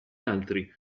altri